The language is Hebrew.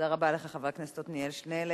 תודה רבה לך, חבר הכנסת עתניאל שנלר.